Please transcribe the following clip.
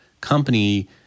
company